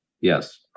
yes